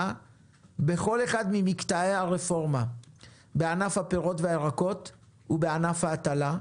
בכל אחד ממקטעי הרפורמה בענף הפירות והירקות ובענף ההטלה,